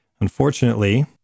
Unfortunately